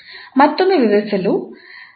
ಮತ್ತೊಮ್ಮೆ ವಿವರಿಸಲು